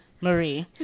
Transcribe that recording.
Marie